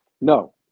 No